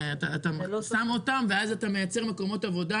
אתה שם אותם ואז אתה מייצר מקומות עבודה.